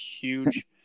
huge